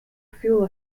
fuel